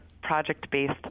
project-based